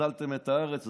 גזלתם את הארץ,